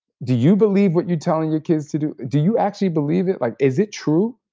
do you believe what you telling your kids to do? do you actually believe it? like is it true?